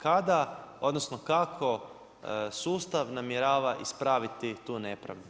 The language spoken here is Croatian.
Kada, odnosno kako sustav namjerava ispraviti tu nepravdu?